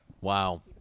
Wow